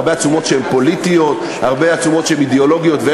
הרבה עצומות פוליטיות והרבה עצומות אידיאולוגיות.